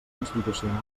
institucional